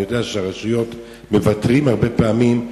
אני יודע שהרשויות מוותרות הרבה פעמים,